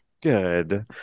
Good